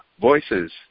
Voices